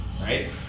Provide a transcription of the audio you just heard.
right